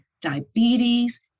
diabetes